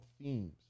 themes